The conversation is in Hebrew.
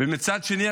מצד שני,